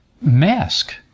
mask